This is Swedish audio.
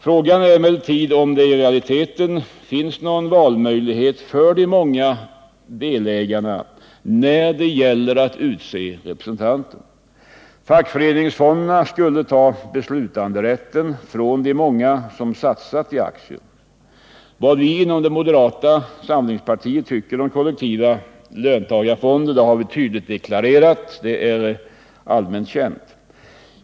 Frågan är emellertid om det i realiteten finns någon valmöjlighet för de många delägarna när det gäller ati utse representanter. Fackföreningsfonderna skulle ta beslutanderätten från de många som satsat i aktier. Vad vi inom moderata samlingspartiet tycker om kollektiva löntagarfonder har vi tydligt deklarerat — det är allmänt känt.